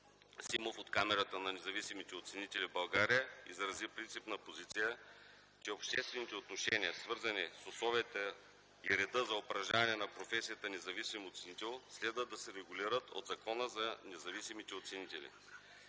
Симов от Камарата на независимите оценители в България изрази принципна позиция, че обществените отношения, свързани с условията и реда за упражняване на професията „независим оценител”, следва да се регулират от Закона за независимите оценители.